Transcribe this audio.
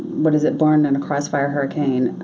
what is it, born in a crossfire hurricane,